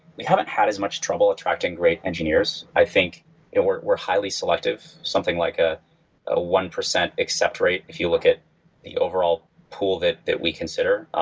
we heaven't had as much trouble attracting great engineers. i think we're we're highly selective, something like a ah one percent accept rate if you look at the overall pool that that we consider.